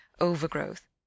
overgrowth